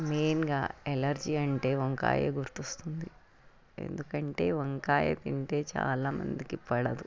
మెయిన్గా ఎలర్జీ అంటే వంకాయ గుర్తు వస్తుంది ఎందుకంటే వంకాయ తింటే చాలా మందికి పడదు